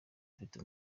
afite